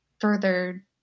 further